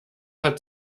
hat